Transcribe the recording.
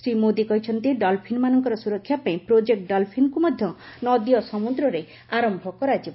ଶ୍ରୀ ମୋଦୀ କହିଛନ୍ତିଡଲଫିନ୍ମାନଙ୍କର ସୁରକ୍ଷା ପାଇଁ 'ପ୍ରୋଜେକ୍ ଡଲ୍ଫିନ୍'କୁ ମଧ୍ୟ ନଦୀ ଓ ସମୁଦ୍ରରେ ଆରମ୍ଭ କରାଯିବ